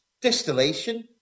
Distillation